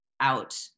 out